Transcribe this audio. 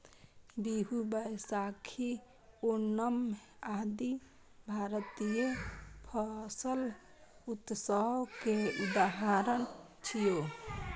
बीहू, बैशाखी, ओणम आदि भारतीय फसल उत्सव के उदाहरण छियै